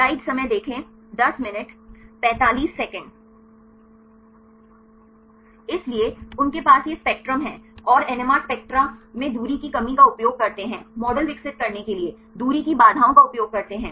इसलिए उनके पास यह स्पेक्ट्रम है और एनएमआर स्पेक्ट्रा में दूरी की कमी का उपयोग करते हैं मॉडल विकसित करने के लिए दूरी की बाधाओं का उपयोग करते हैं